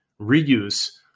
reuse